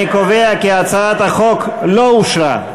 אני קובע כי הצעת החוק לא אושרה.